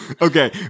Okay